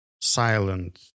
silent